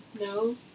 no